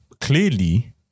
Clearly